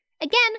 Again